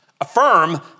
affirm